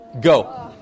Go